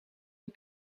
een